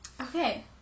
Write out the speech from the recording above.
okay